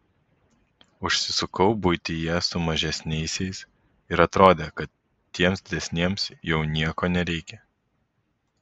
užsisukau buityje su mažesniaisiais ir atrodė kad tiems didesniems jau nieko nereikia